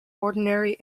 ordinary